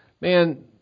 man